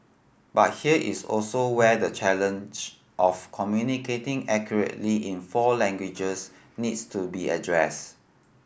but here is also where the challenge of communicating accurately in four languages needs to be addressed